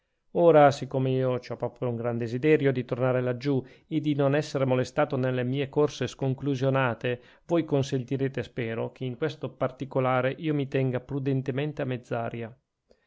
ora siccome io ci ho proprio un gran desiderio di tornare laggiù e di non esser molestato nelle mie corse sconclusionate voi consentirete spero che in questo particolare io mi tenga prudentemente a mezz'aria